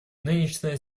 нынешняя